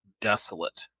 desolate